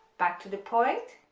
back to the point,